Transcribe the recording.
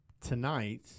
tonight